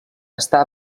està